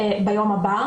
מה שהולך לקרות ביום הבא.